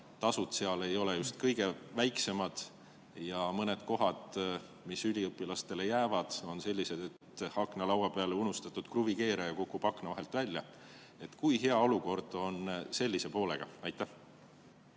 tasud seal ei ole just kõige väiksemad, aga mõned kohad, mis üliõpilastele jäävad, on sellised, et aknalaua peale unustatud kruvikeeraja kukub akna vahelt välja. Kui hea olukord on sellise poole pealt? Aitäh,